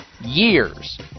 years